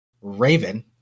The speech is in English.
Raven